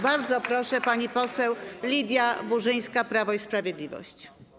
Bardzo proszę, pani poseł Lidia Burzyńska, Prawo i Sprawiedliwość.